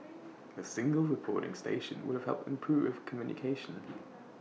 A single reporting station would have helped improve communication